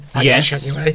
Yes